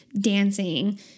dancing